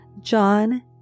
John